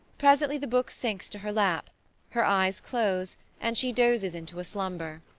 presently the book sinks to her lap her eyes close and she dozes into a slumber.